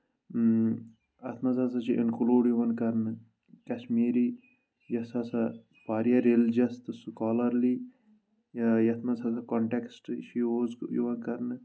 اَتھ منٛز ہسا چھُ اِنکلوٗڈ یِوان کرنہٕ کشمیٖری یۄس ہسا واریاہ ریلجَس تہٕ سٔکولرلی یَتھ منٛز ہسا کونٹیکٔسٹہٕ یوٗز چھُ یوٗز یِوان کرنہٕ